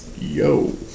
Yo